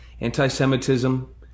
Anti-Semitism